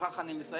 ובכך אני מסיים,